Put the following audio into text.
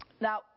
Now